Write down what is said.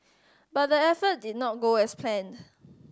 but the effort did not go as planned